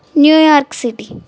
New York City